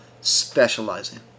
specializing